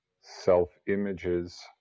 self-images